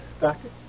Doctor